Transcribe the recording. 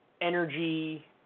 energy